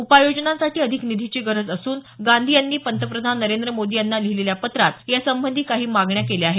उपाययोजनांसाठी अधिक निधीची गरज असून गांधी यांनी पंतप्रधान नरेंद्र मोदी यांना लिहिलेल्या पत्रात यासंबंधी काही मागण्या केल्या आहेत